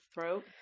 throat